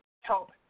help